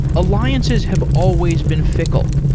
alliances have always been fickle,